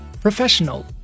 professional